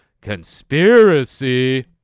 conspiracy